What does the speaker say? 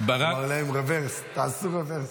אמר להם תעשו רוורס.